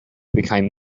became